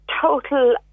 total